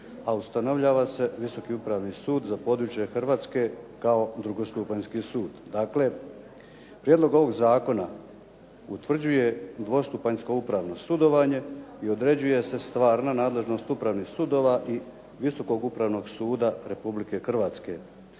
a ustanovljava se Visoki upravni su za područje Hrvatske kao drugostupanjski sud. Dakle, prijedlog ovog zakona utvrđuje dvostupanjsko upravno sudovanje i određuje se stvarna nadležnost upravnih sudova i Visokog upravnog suda Republike Hrvatske.